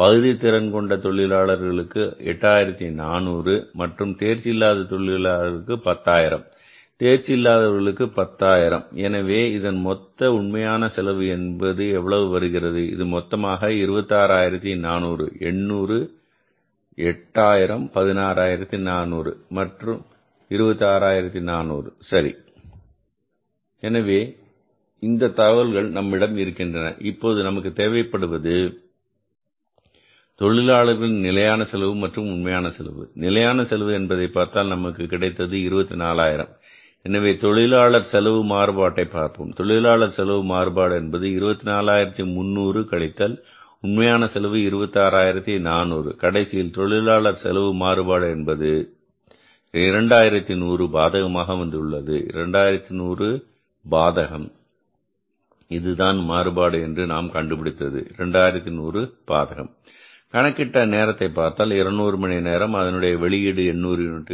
பகுதி திறன் கொண்ட தொழிலாளர்கள் தொழிலாளர்களுக்கு 8400 மற்றும் தேர்ச்சி இல்லாத தொழிலாளர்களுக்கு 10000 தேர்ச்சி இல்லாதவர்களுக்கு 10000 எனவே இதன் மொத்தம் உண்மையான செலவு என்று எவ்வளவு வருகிறது இது மொத்தமாக 26400 இது 800 8000 16400 மற்றும் 26400 சரி எனவே இந்தத் தகவல்கள் நம்மிடம் இருக்கின்றன இப்போது நமக்குத் தேவைப்படுவது தொழிலாளர்களின் நிலையான செலவு மற்றும் உண்மையான செலவு நிலையான செலவு என்பதை பார்த்தால் நமக்கு கிடைத்தது 24000 எனவே தொழிலாளர் செலவு மாறுபாட்டை பார்ப்போம் தொழிலாளர் செலவு மாறுபாடு என்பது 24300 கழித்தல் உண்மையான செலவு 26400 கடைசியில் தொழிலாளர் செலவு மாறுபாடு எவ்வளவு இது 2100 பாதகமாக வந்துள்ளது 2100 பாதகம் இதுதான் மாறுபாடு என்று நாம் கண்டுபிடித்தது 2100 பாதகம் கணக்கிட்ட நேரத்தை பார்த்தால் 200 மணி நேரம் அதனுடைய வெளியீடு 800 யூனிட்டுகள்